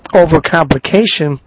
overcomplication